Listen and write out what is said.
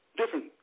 different